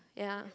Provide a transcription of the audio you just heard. ya